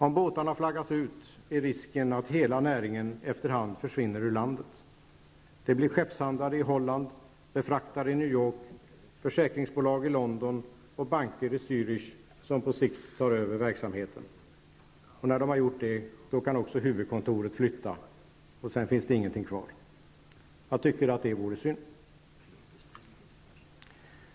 Om båtarna flaggas ut är risken att hela näringen efter hand försvinner ur landet. Det blir skeppshandlare i Holland, befraktare i New York, försäkringsbolag i London och banker i Zürich som på sikt tar över verksamheten. När de har gjort det kan också huvudkontoret flytta, och sedan finns det ingenting kvar. Jag tycker att det vore synd.